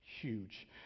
huge